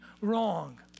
wrong